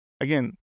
Again